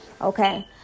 okay